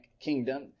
kingdom